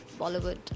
Bollywood